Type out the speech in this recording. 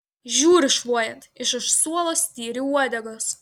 žiūri šluojant iš už suolo styri uodegos